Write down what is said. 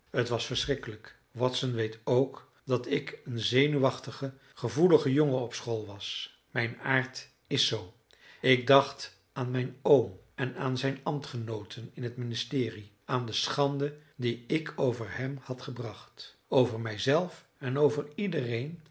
het was verschrikkelijk watson weet ook dat ik een zenuwachtige gevoelige jongen op school was mijn aard is zoo ik dacht aan mijn oom en aan zijn ambtgenooten in t ministerie aan de schande die ik over hem had gebracht over mij zelf en over iedereen